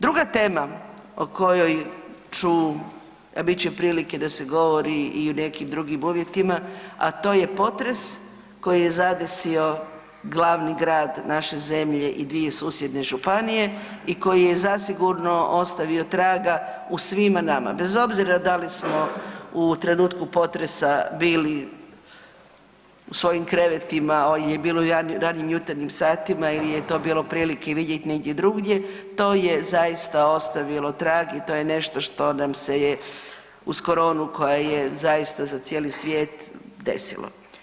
Druga tema o kojoj ću, a bit će prilike i da se govori i u nekim drugim uvjetima, a to je potres koji je zadesio glavni grad naše zemlje i dvije susjedne županije i koji je zasigurno ostavio traga u svima nama, bez obzira da li smo u trenutku potresa bili u svojim krevetima, jer je bilo u ranim jutarnjim satima ili je to bilo prilike vidjeti negdje drugdje to je zaista ostavilo trag i to je nešto što nam se je uz koronu koja je zaista za cijeli svijet desilo.